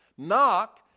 Knock